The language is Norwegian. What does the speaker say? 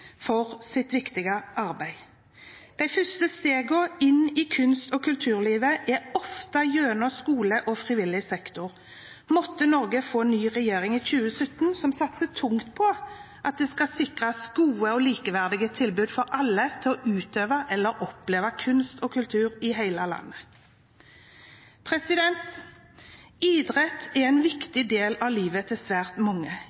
for sitt viktige arbeid. De første stegene inn i kunst- og kulturlivet er ofte gjennom skolen og frivillig sektor. Måtte Norge få ny regjering i 2017, som satser tungt på at det sikres gode og likeverdige tilbud til alle om å utøve eller oppleve kunst og kultur i hele landet! Idrett er en viktig del av livet til svært mange.